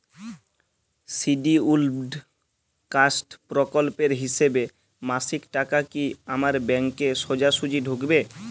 Scheduled caste প্রকল্পের হিসেবে মাসিক টাকা কি আমার ব্যাংকে সোজাসুজি ঢুকবে?